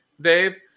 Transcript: Dave